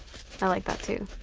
like that too.